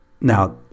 Now